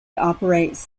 operates